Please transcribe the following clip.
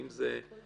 האם החקירה רצינית,